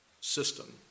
system